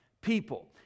people